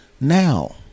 now